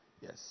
Yes